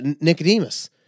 Nicodemus